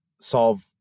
solve